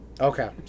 Okay